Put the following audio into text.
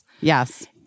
Yes